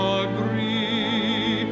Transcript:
agree